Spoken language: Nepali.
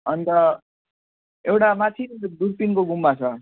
अन्त एउटा माथिनिर दुर्पिनको गुम्बा छ